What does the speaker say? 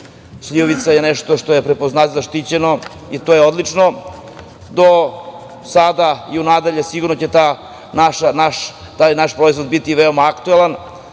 Šljivovica je nešto što je zaštićeno, i to je odlično. Do sada, pa i nadalje, sigurno će taj naš proizvod biti veoma aktuelan.